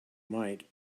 might